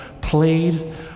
played